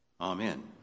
Amen